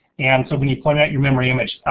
and so when you point out your memory image,